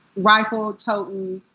bible toting,